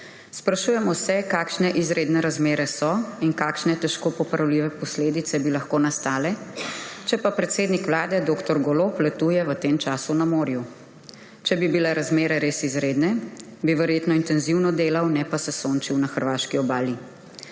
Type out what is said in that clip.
Sprašujemo se, kakšne izredne razmere so in kakšne težko popravljive posledice bi lahko nastale, če pa predsednik Vlade dr. Golob letuje v tem času na morju. Če bi bile razmere res izredne, bi verjetno intenzivno delal, ne pa se sončil na hrvaški obali.